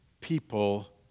people